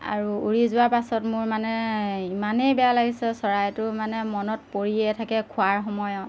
আৰু উৰি যোৱাৰ পাছত মোৰ মানে ইমানেই বেয়া লাগিছে চৰাইটো মানে মনত পৰিয়েই থাকে খোৱাৰ সময়ত